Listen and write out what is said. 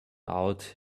out